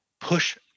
push